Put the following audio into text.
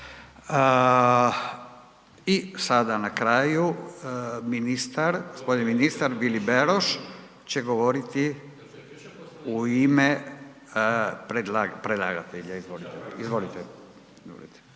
I sada na kraju ministar, gospodin ministar Vili Beroš će govoriti u ime predlagatelja. Izvolite.